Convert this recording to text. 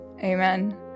Amen